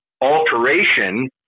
alteration